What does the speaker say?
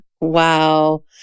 Wow